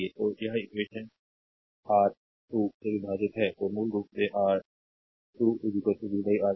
तो यह equation R 2 से विभाजित है तो मूल रूप से आर i2 v R2